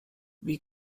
wie